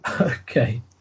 Okay